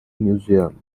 museum